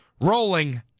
rolling